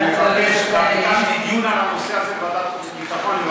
אני מבקש לקיים דיון על הנושא הזה בוועדת החוץ והביטחון.